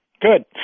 good